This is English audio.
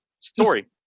story